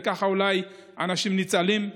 וכך אולי אנשים ניצלים.